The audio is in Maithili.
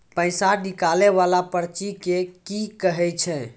पैसा निकाले वाला पर्ची के की कहै छै?